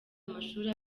amashuri